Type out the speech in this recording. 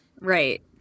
right